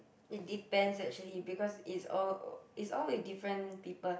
it depends actually because it's all it's all with different people